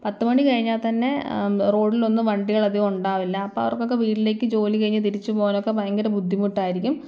പത്തുമണി കഴിഞ്ഞാൽത്തന്നെ റോഡിലൊന്നും വണ്ടികളധികം ഉണ്ടാവില്ല അപ്പോൾ അവർക്കൊക്കെ വീട്ടിലേക്ക് ജോലി കഴിഞ്ഞ് തിരിച്ചു പോകാനൊക്കെ ഭയങ്കര ബുദ്ധിമുട്ടായിരിക്കും